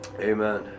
Amen